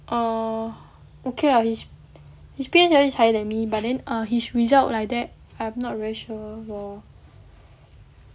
err okay lah his his P_S_L_E is higher than me but then err his result like that I'm not very sure lor